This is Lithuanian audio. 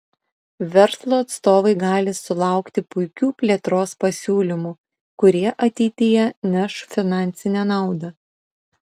verslo atstovai gali sulaukti puikių plėtros pasiūlymų kurie ateityje neš finansinę naudą